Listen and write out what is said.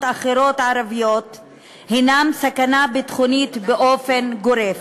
ערביות אחרות הם סכנה ביטחונית באופן גורף.